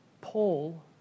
Paul